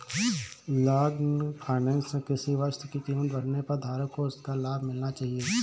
long finance में किसी वस्तु की कीमत बढ़ने पर धारक को उसका लाभ मिलना चाहिए